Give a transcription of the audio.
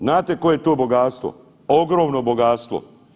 Znate koje je to bogatstvo, ogromno bogatstvo.